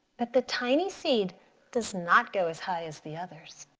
but the tiny seed does not go as high as the others.